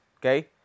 okay